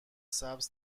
سبز